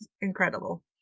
incredible